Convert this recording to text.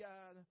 God